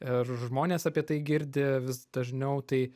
ir žmonės apie tai girdi vis dažniau tai